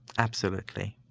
absolutely.